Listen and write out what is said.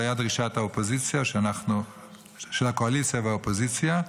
וזו הייתה דרישת הקואליציה והאופוזיציה,